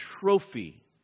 trophy